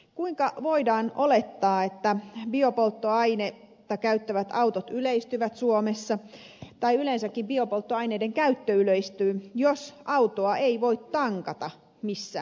kuinka voidaan olettaa että biopolttoainetta käyttävät autot yleistyvät suomessa tai yleensäkin biopolttoaineiden käyttö yleistyy jos autoa ei voi tankata missään